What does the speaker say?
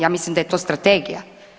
Ja mislim da je to strategija.